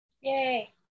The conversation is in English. yay